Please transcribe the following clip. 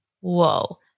whoa